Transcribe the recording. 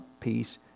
peace